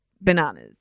bananas